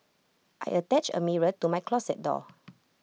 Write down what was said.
I attached A mirror to my closet door